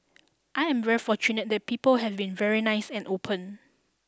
I am very fortunate that people have been very nice and open